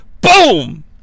Boom